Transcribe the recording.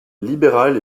libéral